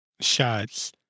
shots